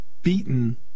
beaten